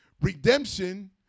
Redemption